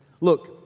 Look